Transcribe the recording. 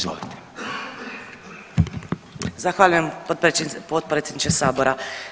Zahvaljujem potpredsjedniče Sabora.